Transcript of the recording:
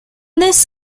this